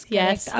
yes